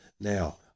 Now